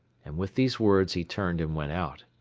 and with these words he turned and went out.